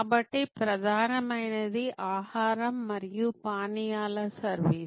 కాబట్టి ప్రధానమైనది ఆహారం మరియు పానీయాల సర్వీస్